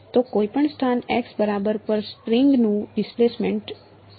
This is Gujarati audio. તે કોઈપણ સ્થાન x બરાબર પર સ્ટ્રિંગનું ડિસપ્લેસમેન્ટ છે